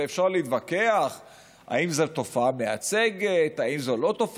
ואפשר להתווכח אם זו תופעה מייצגת,